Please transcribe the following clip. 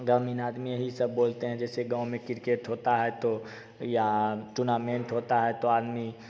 ग्रामीण आदमी यही सब बोलते हैं जैसे गाँव में क्रिकेट होता है तो या टूनामेंट होता है तो आदमी